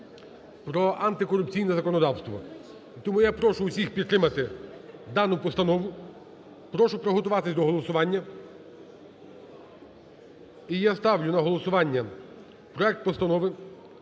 про антикорупційне законодавство. Тому я прошу усіх підтримати дану постанову. Прошу приготуватись до голосування. І я ставлю на голосування проект Постанови